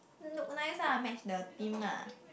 organise lah match the theme ah